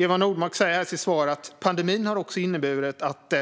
Eva Nordmark sa i sitt svar: "Pandemin har också inneburit att